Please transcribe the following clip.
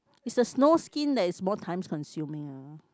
is the snowskin that is more time consuming you know